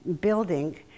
building